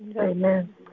Amen